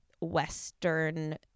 western